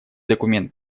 документ